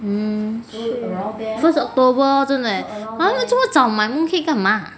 mm first october 真的 eh but 他们这么早买 mooncake 干嘛